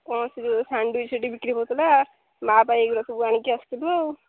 କ'ଣ ସେ ଯେଉଁ ସାଣ୍ଡୱିଚ୍ ସେଠି ବିକ୍ରି ହଉଥିଲା ମା' ପାଇଁ ଏଗୁଡ଼ା ସବୁ ଆଣିକି ଆସିଥିଲୁ ଆଉ